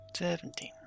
Seventeen